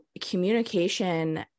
communication